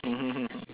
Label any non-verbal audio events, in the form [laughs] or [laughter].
[laughs]